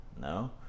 no